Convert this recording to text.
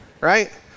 right